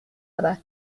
other